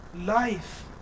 life